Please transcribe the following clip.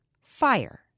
fire